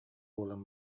буолан